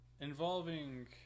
involving